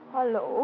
Hello